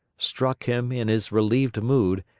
struck him, in his relieved mood,